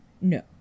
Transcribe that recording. no